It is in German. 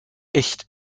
echt